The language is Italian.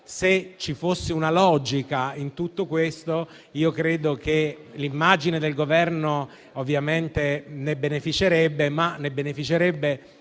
Se ci fosse una logica in tutto questo, credo che l'immagine del Governo ovviamente ne beneficerebbe, ma ne beneficerebbe